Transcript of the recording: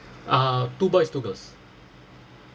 uh two boys two girls